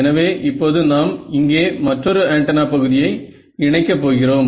எனவே இப்போது நாம் இங்கே மற்றொரு ஆண்டனா பகுதியை இணைக்க போகிறோம்